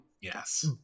Yes